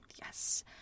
Yes